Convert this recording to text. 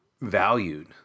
valued